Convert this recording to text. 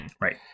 Right